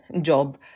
job